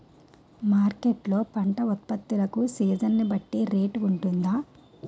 Market లొ పంట ఉత్పత్తి లకు సీజన్ బట్టి రేట్ వుంటుందా?